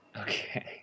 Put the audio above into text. Okay